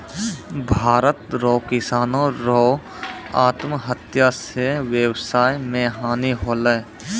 भारत रो किसानो रो आत्महत्या से वेवसाय मे हानी होलै